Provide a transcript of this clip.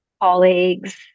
colleagues